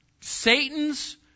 Satan's